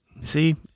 see